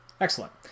excellent